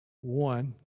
one